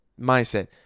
mindset